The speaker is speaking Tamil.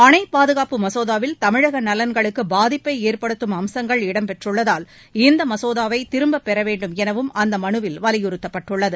அணை பாதுகாப்பு மசோதாவில் தமிழக நலன்களுக்கு பாதிப்பை ஏற்படுத்தும் அம்சங்கள் இடம் பெற்றள்ளதால் இந்த மசோதாவை திரும்பப் பெற வேண்டும் எனவும் அந்த மனுவில் வலியுறுத்தப்பட்டுள்ளது